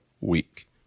week